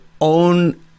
own